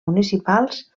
municipals